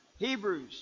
Hebrews